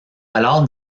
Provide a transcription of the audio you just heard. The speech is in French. alors